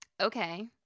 Okay